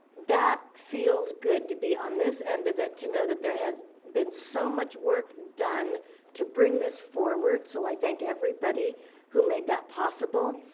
that feels good to be on this end of it. to know that there has been so much work done to bring this forward. so i thank everybody who made that possible,